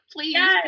please